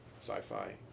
Sci-Fi